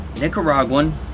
Nicaraguan